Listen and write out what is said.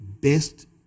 best